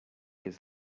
his